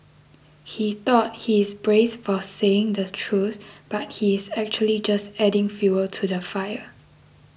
he thought he's brave for saying the truth but he's actually just adding fuel to the fire